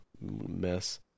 mess